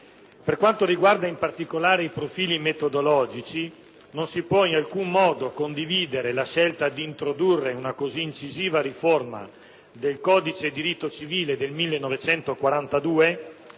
Per quanto riguarda in particolare i profili metodologici, non si può in alcun modo condividere la scelta di introdurre una così incisiva riforma del codice di rito civile del 1942